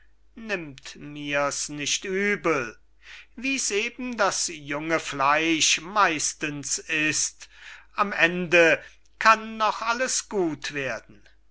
nimmt mir's nicht übel wie's eben das junge fleisch meistens ist am ende kann noch alles gut werden